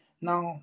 now